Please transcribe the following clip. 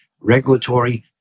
regulatory